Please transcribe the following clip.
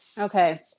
Okay